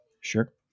Sure